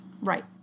Right